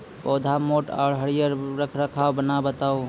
पौधा मोट आर हरियर रखबाक उपाय बताऊ?